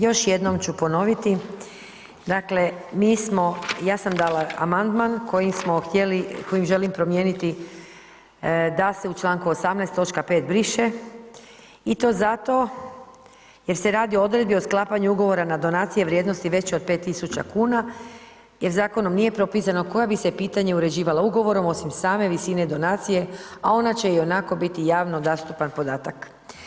Još jednom ću ponoviti, dakle mi smo, ja sam dala amandman kojim smo htjeli, kojim želim promijeniti da se u članku 18. točka 5. briše i to zato jer se radi o odredbi o sklapanju ugovora na donacije vrijednosti većoj od 5 tisuća kuna jer zakonom nije propisano koje bi se pitanje uređivalo ugovorom osim same visine donacije a ona će ionako biti javno dostupan podatak.